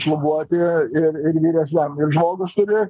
šlubuoti ir ir vyresniam ir žmogus turi